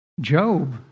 Job